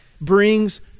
brings